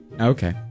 Okay